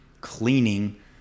cleaning